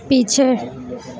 पीछे